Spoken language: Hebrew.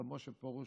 והיה משה פרוש,